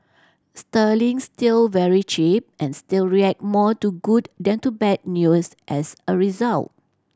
Sterling's still very cheap and still react more to good than to bad news as a result